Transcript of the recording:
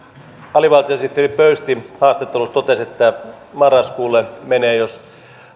alivaltiosihteeri pöysti totesi haastattelussa että marraskuulle menee jos